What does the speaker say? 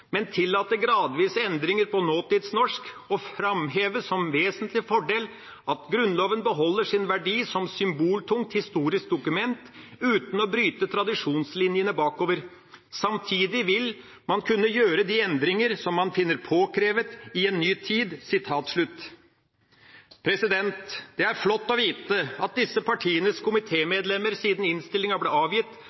men tillate gradvise endringer på nåtidsnorsk, og fremheve som vesentlig fordel at Grunnloven beholder sin verdi som symboltungt historisk dokument uten å bryte tradisjonslinjene bakover. Samtidig vil man kunne gjøre de endringer som man finner påkrevet i en ny tid.» Det er flott å vite at disse partienes komitémedlemmer siden innstillinga ble avgitt